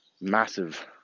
massive